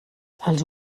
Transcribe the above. els